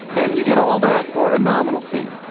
and you get all that for a nominal fee.